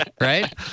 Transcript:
Right